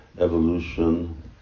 evolution